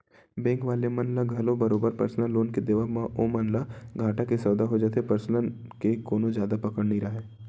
bank वाले मन ल घलो बरोबर परसनल लोन के देवब म ओमन ल घाटा के सौदा हो जाथे परसनल के कोनो जादा पकड़ राहय नइ